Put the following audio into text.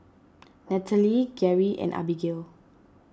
Nathaly Geri and Abigayle